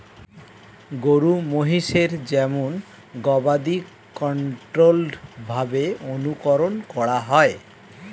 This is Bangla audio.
গরু মহিষের যেমন গবাদি কন্ট্রোল্ড ভাবে অনুকরন করা হয়